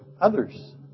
others